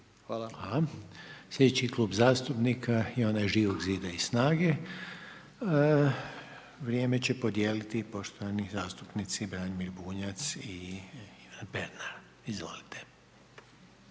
Hvala. Sljedeći Klub zastupnika je onog Živog zida i snage, vrijeme će podijeliti poštovani zastupnici Branimir Bunjac i Ivan Pernar. Izvolite.